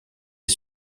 est